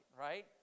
right